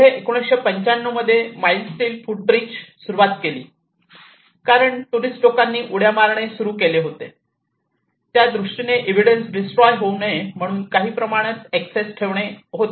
पुढे 1995 मध्ये mild steel foot bridge सुरुवात केली कारण टुरिस्ट लोकांनी उड्या मारणे सुरू केले होते त्यादृष्टीने एव्हिडन्स डिस्ट्रॉय होऊ नये म्हणून काही प्रमाणात एक्सेस ठेवणे होते